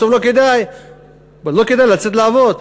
בסוף לא כדאי לצאת לעבוד.